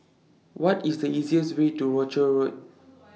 What IS The easiest Way to Rochor Road